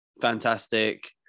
fantastic